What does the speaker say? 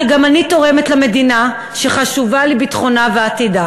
שגם אני תורמת למדינה שחשובים לי ביטחונה ועתידה.